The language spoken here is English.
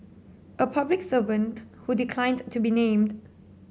a public servant who declined to be named